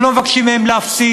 אנחנו לא מבקשים מהם להפסיד,